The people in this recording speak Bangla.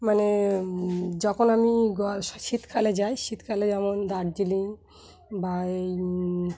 মানে যখন আমি শীতকালে যাই শীতকালে যেমন দার্জিলিং বা এই